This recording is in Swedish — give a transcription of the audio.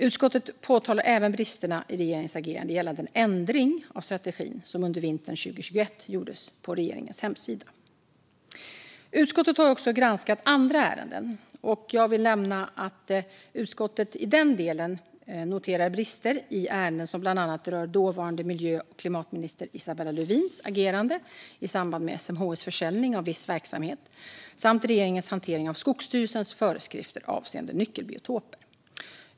Utskottet påtalar även bristerna i regeringens agerande gällande den ändring av strategin som under vintern 2021 gjordes på regeringens hemsida. Utskottet har också granskat andra ärenden. Jag vill nämna att utskottet i den delen noterar brister i ärenden som bland annat rör dåvarande miljö och klimatminister Isabella Lövins agerande i samband med SMHI:s försäljning av viss verksamhet samt regeringens hantering av Skogsstyrelsens föreskrifter avseende nyckelbiotoper.